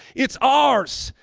it's ours.